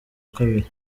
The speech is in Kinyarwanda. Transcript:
kabiri